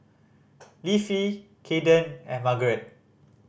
Leafy Caiden and Margeret